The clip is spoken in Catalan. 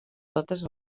totes